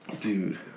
dude